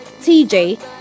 tj